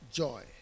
joy